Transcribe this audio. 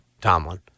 Tomlin